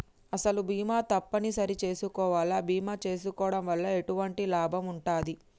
అసలు బీమా తప్పని సరి చేసుకోవాలా? బీమా చేసుకోవడం వల్ల ఎటువంటి లాభం ఉంటది?